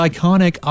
Iconic